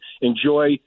enjoy